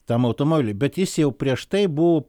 tam automobiliui bet jis jau prieš tai buvo